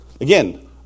Again